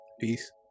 Peace